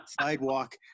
sidewalk